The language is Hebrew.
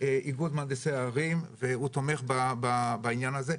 איגוד מהנדסי הערים, והוא תומך בעניין הזה.